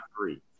three